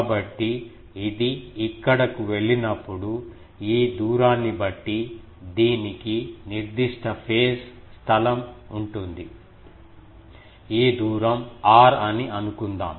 కాబట్టి ఇది ఇక్కడకు వెళ్ళినప్పుడు ఈ దూరాన్ని బట్టి దీనికి నిర్దిష్ట ఫేజ్ స్థలం ఉంటుంది ఈ దూరం r అని అనుకుందాం